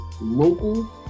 local